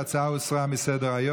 ההצעה הוסרה מסדר-היום.